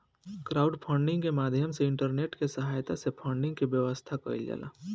crowdfunding के माध्यम से इंटरनेट के सहायता से फंडिंग के व्यवस्था कईल जाला